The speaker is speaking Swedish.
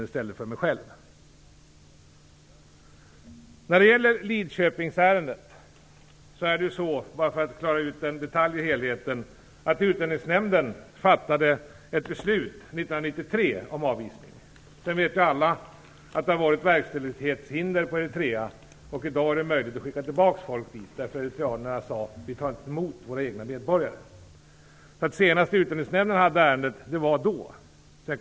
För att klara ut en detalj i helheten när det gäller Lidköpingsärendet vill jag säga att Utlänningsnämnden fattade ett beslut om avvisning 1993. Men alla vet att det har varit verkställighetshinder beträffande Eritrea, därför att eritreanerna sade att man inte tog emot sina egna medborgare. Det var det senaste tillfället då Utlänningsnämnden handlade ärendet. I dag är det möjligt att skicka tillbaka människor dit.